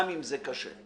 גם אם זה קשה.